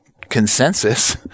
consensus